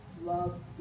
love